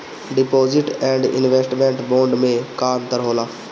Deposit and investment bond मे का अंतर होला?